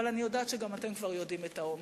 אבל אני יודעת שגם אתם כבר יודעים את האמת,